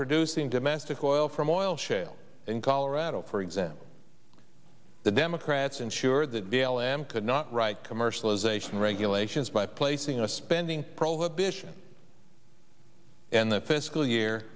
producing domestic oil from oil shale in colorado for example the democrats ensure that veil am could not write commercialization regulations by placing a spending probation in the fiscal year